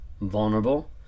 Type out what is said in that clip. vulnerable